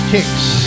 Kicks